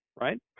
right